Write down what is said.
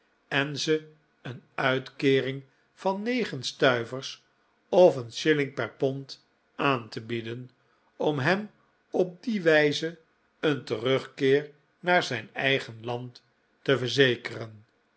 en ze een uitkeering van negen stuivers of een shilling per pond aan te bieden om hem op die wijze een terugkeer naar zijn eigen land te verzekeren